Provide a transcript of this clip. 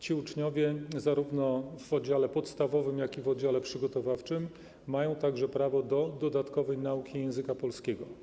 Ci uczniowie, zarówno w oddziale podstawowym, jak i w oddziale przygotowawczym, mają także prawo do dodatkowej nauki języka polskiego.